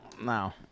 No